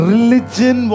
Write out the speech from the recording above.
Religion